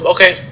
Okay